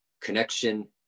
connection